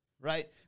right